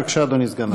בבקשה, אדוני סגן השר.